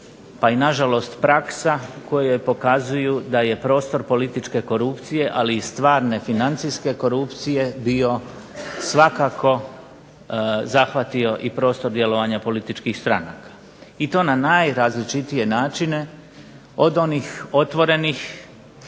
pa i na žalost praksa koje pokazuju da je prostor političke korupcije ali i stvarne financijske korupcije bio svakako zahvatio i prostor djelovanja političkih stranaka i to na najrazličitije načine od onih otvorenih